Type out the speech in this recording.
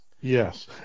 Yes